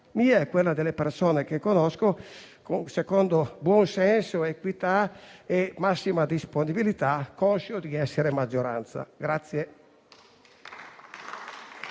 mia e con quella delle persone che conosco, secondo buon senso, equità e massima disponibilità, conscio di essere maggioranza.